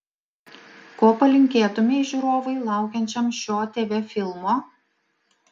ko palinkėtumei žiūrovui laukiančiam šio tv filmo